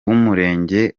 w’umurenge